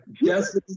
Yes